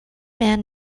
man